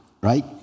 right